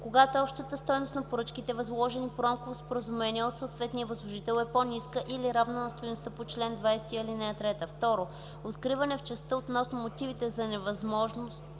когато общата стойност на поръчките, възложени по рамковото споразумение от съответния възложител, е по-ниска или равна на стойността по чл. 20, ал. 3; 2. откриване в частта относно мотивите за невъзможността